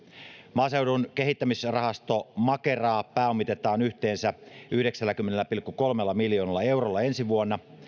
maaseudun kehittämisrahasto makeraa pääomitetaan yhteensä yhdeksälläkymmenellä pilkku kolmella miljoonalla eurolla ensi vuonna